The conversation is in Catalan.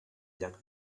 llac